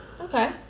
Okay